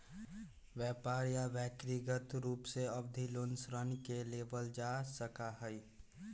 व्यापार या व्यक्रिगत रूप से अवधि लोन ऋण के लेबल जा सका हई